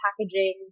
packaging